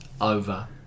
over